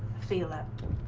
feel that